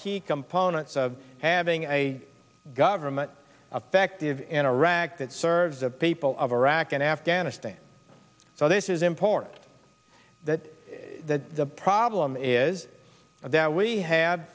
key components of having a government affective in iraq that serves the people of iraq and afghanistan so this is important that the problem is that we ha